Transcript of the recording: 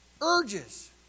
urges